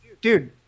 dude